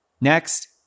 Next